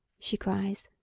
she cries.